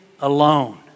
alone